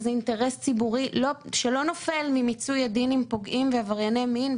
וזה אינטרס ציבורי חשוב שלא נופל ממיצוי הדין עם פוגעים ועברייני מין,